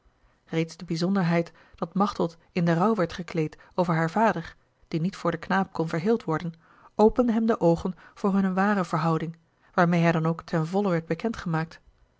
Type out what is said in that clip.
reeds de bijzonderheid dat machteld in den rouw werd gekleed over haar vader die niet voor den knaap kon verheeld worden opende hem de oogen voor hunne ware verhouding waarmeê hij dan ook ten volle werd